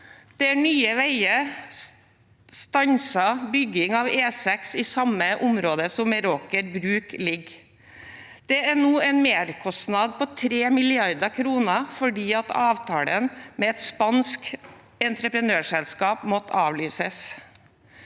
Nye veier stanset bygging av E6 i samme område som Meraker Brug ligger. Der er det nå en merkostnad på 3 mrd. kr fordi avtalen med et spansk entreprenørselskap måtte avlyses.